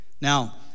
now